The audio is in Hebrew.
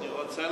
אני רוצה